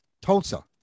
Tulsa